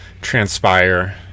transpire